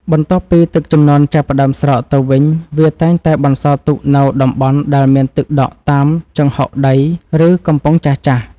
បន្ទាប់ពីទឹកជំនន់ចាប់ផ្តើមស្រកទៅវិញវាតែងតែបន្សល់ទុកនូវតំបន់ដែលមានទឹកដក់តាមជង្ហុកដី ឬកំប៉ុងចាស់ៗ។